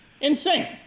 insane